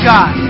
God